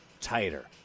tighter